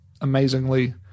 amazingly